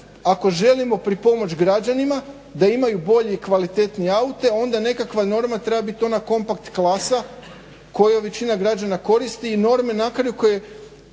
ako želimo pripomoć građanima da imaju bolje i kvalitetnije aute onda nekakva norma treba biti ona kompakt klasa koju većina građana koristi i norme na kraju koje